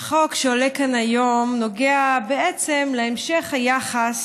החוק שעולה כאן היום נוגע בעצם להמשך היחס